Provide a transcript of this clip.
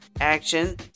action